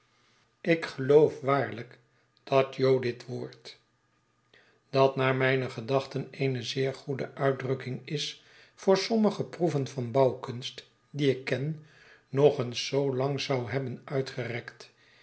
ik geloof waarlijk dat jo dit woord dat naar mijne gedachten eene zeer goede uitdrukking is voor sommige proeven van bouwkunst die ik ken nog eens zoo lang zou hebben uitgerekt